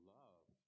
love